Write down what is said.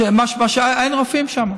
כשאין רופאים שם,